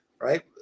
right